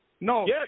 No